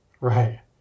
Right